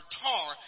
tar